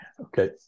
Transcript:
Okay